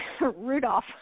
Rudolph